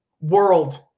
world